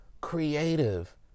creative